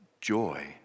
joy